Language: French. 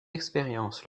expérience